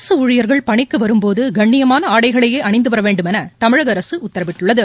அரசு ஊழியர்கள் பணிக்கு வரும் போது கண்ணியமாள ஆடைகளையே அணிந்து வர வேண்டும் என தமிழக அரசு உத்தரவிட்டுள்ளது